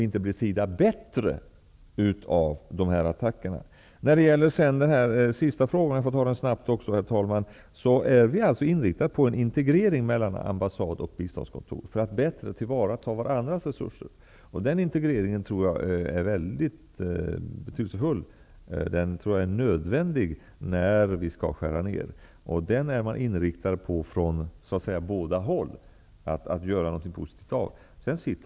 Inte blir SIDA bättre av dessa attacker. Som svar på den sista frågan, herr talman, vill jag säga att vi är inriktade på en integrering mellan ambassader och biståndskontor för att bättre tillvarata varandras resurser. Jag menar att den integreringen är mycket betydelsefull. Jag tror att den är nödvändig när vi skall skära ner, och man är från båda håll inriktad på att göra något positivt av den.